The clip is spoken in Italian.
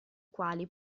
quali